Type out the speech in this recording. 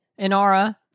Inara